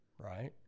right